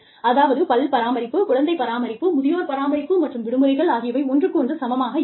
அதாவது பல் பராமரிப்பு குழந்தை பராமரிப்பு முதியோர் பராமரிப்பு மற்றும் விடுமுறைகள் ஆகியவை ஒன்றுக்கொன்று சமமாக இருக்காது